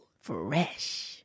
Fresh